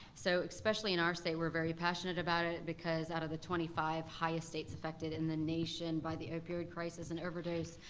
so, especially in our state, we're very passionate about it, because out of the twenty five highest states affected in the nation by the opioid crisis in overdose,